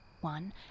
one